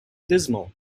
dismal